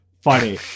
funny